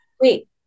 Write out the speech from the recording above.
Wait